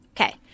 okay